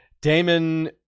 Damon